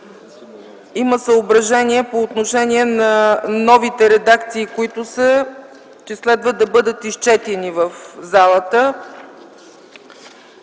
Има съображение по отношение на новите редакции, че следва да бъдат изчетени в залата.